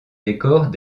décors